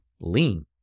lean